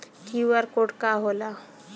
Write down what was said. QR code का होला?